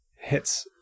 hits